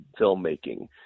filmmaking